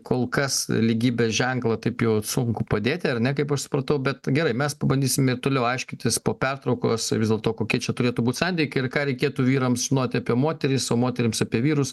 kol kas lygybės ženklą taip jau sunku padėti ar ne kaip aš supratau bet gerai mes pabandysime toliau aiškintis po pertraukos vis dėlto kokie čia turėtų būt santykiai ir ką reikėtų vyrams žinoti apie moteris o moterims apie vyrus